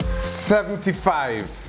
Seventy-five